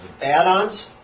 add-ons